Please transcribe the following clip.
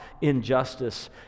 injustice